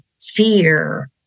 fear